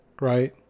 right